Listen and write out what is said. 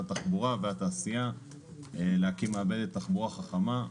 התחבורה והתעשייה כדי להקים מעבדת תחבורה חכמה.